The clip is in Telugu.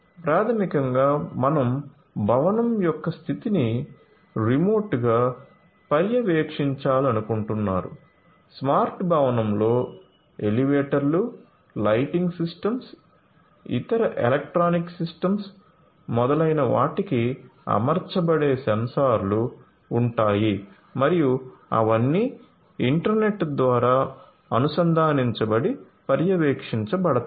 ప్రాథమికంగా మనం భవనం యొక్క స్థితిని రిమోట్గా పర్యవేక్షించాలనుకుంటున్నారు స్మార్ట్ భవనంలో ఎలివేటర్లు లైటింగ్ సిస్టమ్స్ ఇతర ఎలక్ట్రానిక్ సిస్టమ్స్ మొదలైన వాటికి అమర్చబడే సెన్సార్లు ఉంటాయి మరియు అవన్నీ ఇంటర్నెట్ ద్వారా అనుసంధానించబడి పర్యవేక్షించబడతాయి